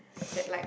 that like